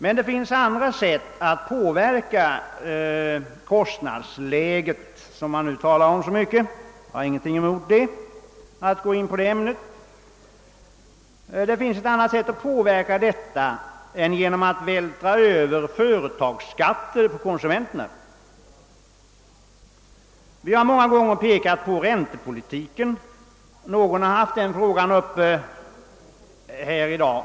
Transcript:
Men det finns andra sätt att påverka kostnadsläget — man talar mycket om det nu, och jag har ingenting emot att gå in på ämnet — än genom att vältra över företagsskatter på konsumenterna. Vi har många gånger pekat på räntepolitiken. Någon har haft denna fråga uppe också i dag.